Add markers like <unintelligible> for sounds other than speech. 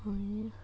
<unintelligible>